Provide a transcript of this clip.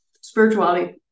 spirituality